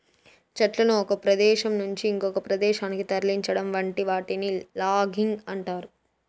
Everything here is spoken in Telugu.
చెట్లను ఒక ప్రదేశం నుంచి ఇంకొక ప్రదేశానికి తరలించటం వంటి వాటిని లాగింగ్ అంటారు